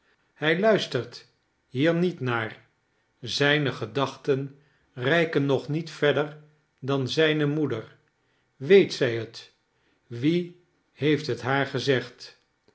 hij luistert hier niet naar zijne gedachten reiken nog niet verder dan zijne moeder weet zij het wie heeft het haar gezegd